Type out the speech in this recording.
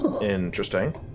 Interesting